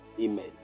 Amen